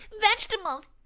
vegetables